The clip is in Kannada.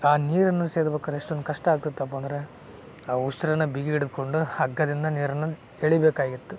ಆ ನೀರನ್ನು ಸೇದ್ಬೇಕಾರೆ ಎಷ್ಟೊಂದು ಕಷ್ಟ ಆಗ್ತಿತ್ತಪ್ಪ ಅಂದರೆ ಆ ಉಸಿರನ್ನು ಬಿಗಿ ಹಿಡಿದ್ಕೊಂಡು ಹಗ್ಗದಿಂದ ನೀರನ್ನು ಎಳಿ ಬೇಕಾಗಿತ್ತು